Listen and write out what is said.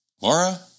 Laura